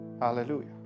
hallelujah